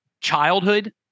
childhood